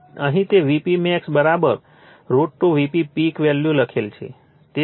તે અહીં Vp max √ 2 Vp peak value લખેલું છે